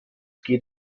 geht